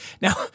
Now